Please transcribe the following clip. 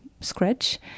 scratch